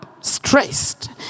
stressed